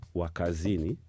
wakazini